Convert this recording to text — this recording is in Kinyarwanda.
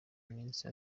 iminsi